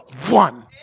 one